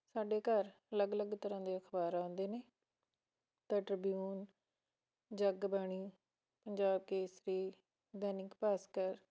ਸਾਡੇ ਘਰ ਅਲੱਗ ਅਲੱਗ ਤਰ੍ਹਾਂ ਦੇ ਅਖਬਾਰ ਆਉਂਦੇ ਨੇ ਦਾ ਟ੍ਰਿਬਿਊਨ ਜਗ ਬਾਣੀ ਪੰਜਾਬ ਕੇਸਰੀ ਦੈਨਿਕ ਭਾਸਕਰ